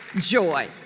joy